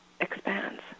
expands